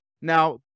now